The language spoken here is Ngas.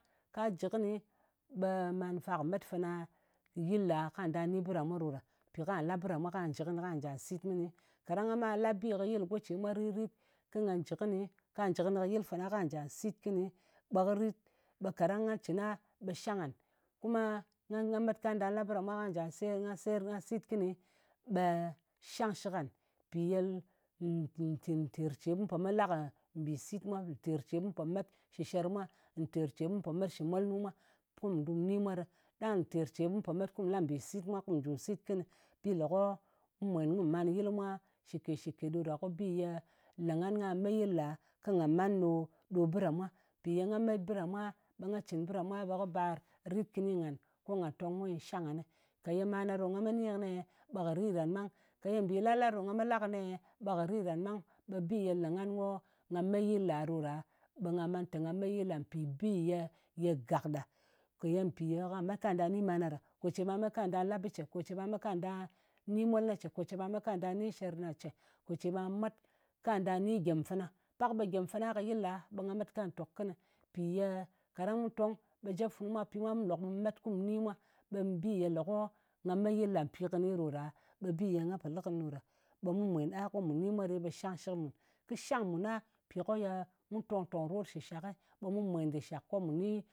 Ka jɨ kɨni ɓe manufa kɨ met fana yɨl ɗa, ka nɗa ni bɨ ɗa mwa ɗo ɗa. Mpi ka la bɨ ɗa mwa ka njɨ kɨnɨ ka nja sit kɨnɨ. Kaɗang nga ma la bi ka yɨl kɨ go ce mwa rit-rit ka jɨ kɨni ka yɨl fana, ka nja sit kɨni be kɨ rit. Be kaɗang nga cɨn a ɓe shang ngan. Kuma nga met ka nɗa la bɨ ɗa mwa ka nja se nga seyer kɨni, nga sit kɨni ɓe shang shɨk ngan. Mpi ye nɗin ng ng nɗin ter ce mu pe me la kɨ mbì sit mwa. Ntèr ce mu pe met shɨ sher mwa. Nter mu po met shɨ molnu mwa nkù ndu ni mwa ɗɨ. Nɗang ntèr ce mu po met la kɨ mbì sit mwa kù njù sit kɨnɨ. Bi le ko mu mwen kù man yɨl mwa shɨkèt-shɨket ɗo ɗa. Kɨ bi ye le ngan kà me yɨla kɨ nga man ɗo ɗo bɨ ɗa mwa. Mpi ye nga met bɨ ɗa mwa ɓe nga cɨn bɨ ɗa mwa ɓe kɨ bar rit kɨni ngan, ko nga ton ki shang nganɨ. Ka ye mana ɗo nga me ni kɨnie, ɓe kɨ ritɗan ɓang. Ka ye mbì la-la ɗo nga me la kɨnie, ɓe kɨ ritɗan ɓang. Ɓe bi ye le ngan ko nga met yɨla ɗo ɗa, ɓe nga man tè nga me yɨla mpì bi ye ye gak ɗa. Ka ye mpì ye kà met ka nda ni mana ɗa. Ko ce ɓà met ka nda la bɨ ce. Ko ce bà met ka nda la bɨ ce. Ko ce ɓa met ka nda ni molna ɗa. Ko ce ɓa met ka nɗa ni sherna ce. Ko ce ɓa met ka nda ni gyem fana. Pak ɓe gyem fana nyɨ ka yɨl ɗa ɓe nga met ka tok kɨnɨ. Mpi ye kaɗang mu tong, ɓe jep funu mwa ka pi mwa, ɓe mu lok ɓe mu met ku ni mwa. Ɓe bi ye le ko nga me yɨl ɗa mpi kɨni ɗo ɗa, ɓe bi ye nga po lɨ kɨni ɗo ɗa. Ɓe mu mwen a ko mu ni mwa ɗi, ɓe shanngshɨk mun. Kɨ́ shang mun a mpi ko ye mu tong-tōng rot shɨshak ɓe mu mwen dɨr shak ko mu ni